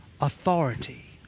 authority